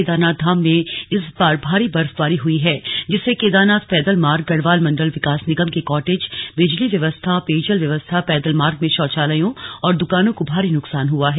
केदारनाथ धाम में इस बार भारी बर्फबारी हुई है जिससे केदारनाथ पैदल मार्ग गढ़वाल मंडल विकास निगम के कॉटेज बिजली व्यवस्था पेयजल व्यवस्था पैदल मार्ग में शौचालयों और दुकानों को भारी नुकसान हुआ है